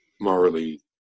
morally